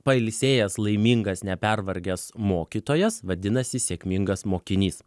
pailsėjęs laimingas nepervargęs mokytojas vadinasi sėkmingas mokinys